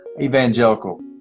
evangelical